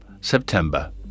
september